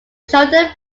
shoulder